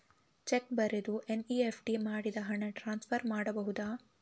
Check ಬರೆದು NEFT ಮಾಡಿ ಹಣ ಟ್ರಾನ್ಸ್ಫರ್ ಮಾಡಬಹುದು?